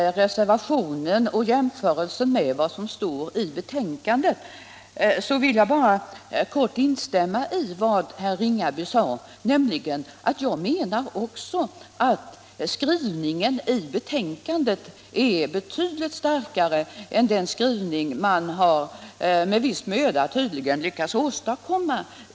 Jag vill instämma i vad herr Ringaby sade i sin kommentar till reservationen. Jag menar också att skrivningen i betänkandet är betydligt starkare än den skrivning reservanterna - med viss möda, tydligen — lyckats åstadkomma.